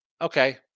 Okay